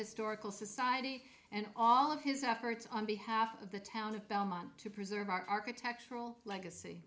historical society and all of his efforts on behalf of the town of belmont to preserve our architectural legacy